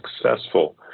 successful